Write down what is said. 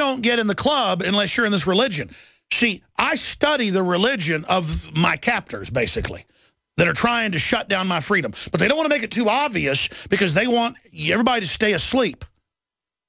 don't get in the club unless you're in this religion i study the religion of my captors basically that are trying to shut down my freedom but they don't take it too obvious because they want you everybody to stay asleep